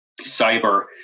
cyber